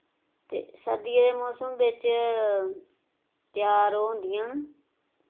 ते सर्दिये दे मौसम बिच त्यार होंदियां